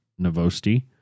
Novosti